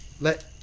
Let